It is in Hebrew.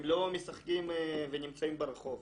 הם לא משחקים ונמצאים ברחוב.